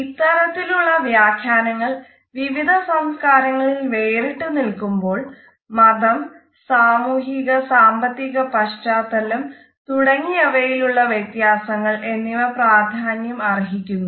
ഇത്തരത്തിലുള്ള വ്യാഖ്യാനങ്ങൾ വിവിധ സംസ്കാരങ്ങളിൽ വേറിട്ട് നിൽക്കുമ്പോൾ മതം സാമൂഹിക സാമ്പത്തിക പശ്ചാത്തലം തുടങ്ങിയവയിൽ ഉള്ള വ്യത്യാസങ്ങൾ എന്നിവ പ്രാധാന്യം അർഹിക്കുന്നു